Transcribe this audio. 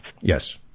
Yes